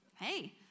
hey